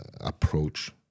approach